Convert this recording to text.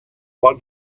one